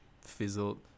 fizzled